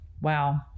wow